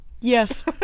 Yes